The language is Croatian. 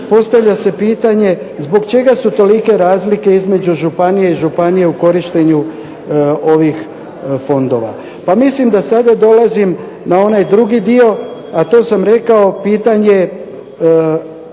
postavlja se pitanje zbog čega su tolike razlike između županija i županija u korištenju ovih fondova? Pa mislim da sada dolazim na onaj drugi dio, a to sam rekao, pitanje